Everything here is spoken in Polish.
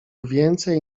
więcej